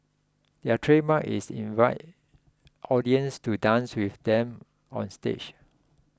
their trademark is invite audience to dance with them onstage